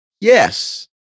yes